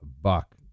Buck